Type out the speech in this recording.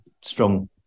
strong